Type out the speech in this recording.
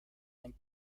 and